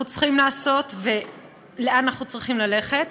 צריכים לעשות ולאן אנחנו צריכים ללכת,